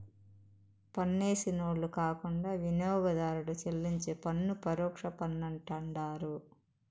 పన్నేసినోళ్లు కాకుండా వినియోగదారుడు చెల్లించే పన్ను పరోక్ష పన్నంటండారు